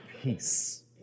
peace